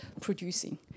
producing